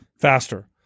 faster